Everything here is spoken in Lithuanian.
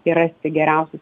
ir rasti geriausius